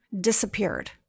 disappeared